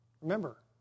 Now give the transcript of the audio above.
Remember